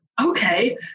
okay